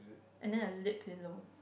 and then a lip pillow